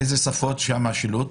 באיזה שפות השילוט?